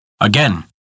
Again